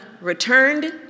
returned